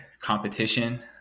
competition